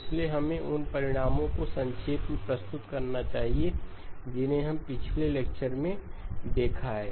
इसलिए हमें उन परिणामों को संक्षेप में प्रस्तुत करना चाहिए जिन्हें हमने पिछले लेक्चर में देखा है